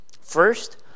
First